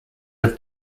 have